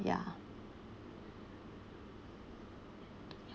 ya